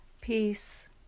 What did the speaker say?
Peace